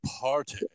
party